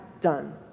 done